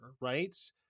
Right